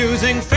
Using